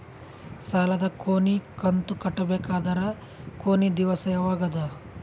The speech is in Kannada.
ಸಾಲದ ಕೊನಿ ಕಂತು ಕಟ್ಟಬೇಕಾದರ ಕೊನಿ ದಿವಸ ಯಾವಗದ?